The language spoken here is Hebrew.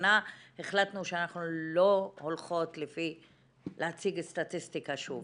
השנה החלטנו שאנחנו לא הולכות להציג סטטיסטיקה שוב.